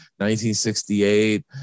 1968